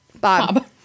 Bob